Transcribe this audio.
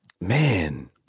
Man